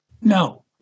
No